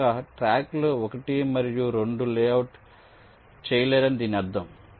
మీరు ఒకే ట్రాక్లో 1 మరియు 2 లేఅవుట్ చేయలేరని దీని అర్థం